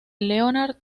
leonard